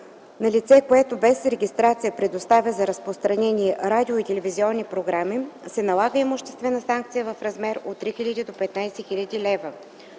На лице, което без регистрация предоставя за разпространение радио- и телевизионни програми, се налага имуществена санкция в размер от 3000 до 15 000 лв.